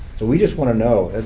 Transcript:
so we just want to know.